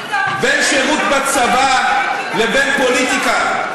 בין שירות בצבא לבין פוליטיקה.